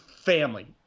family